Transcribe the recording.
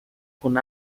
con